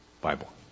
Bible